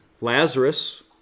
Lazarus